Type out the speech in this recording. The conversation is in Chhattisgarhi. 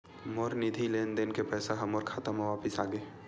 मोर निधि लेन देन के पैसा हा मोर खाता मा वापिस आ गे